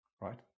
right